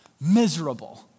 miserable